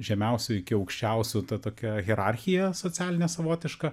žemiausių iki aukščiausių ta tokia hierarchija socialinė savotiška